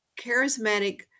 charismatic